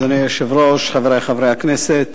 אדוני היושב-ראש, חברי חברי הכנסת,